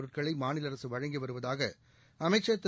பொருட்களைமாநிலஅரசுவழங்கிவருவதாகஅமைச்சர் திரு